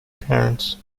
parents